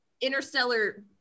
Interstellar